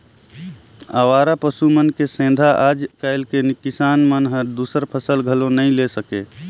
अवारा पसु मन के सेंथा आज कायल के किसान मन हर दूसर फसल घलो नई ले सके